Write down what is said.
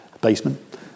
basement